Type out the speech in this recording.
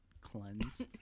cleanse